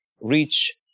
reach